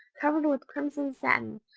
covered with crimson satin,